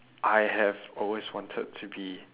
I have always wanted to be